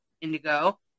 indigo